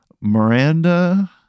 Miranda